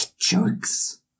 jokes